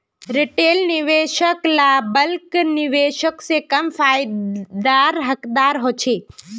retail निवेशक ला bulk निवेशक से कम फायेदार हकदार होछे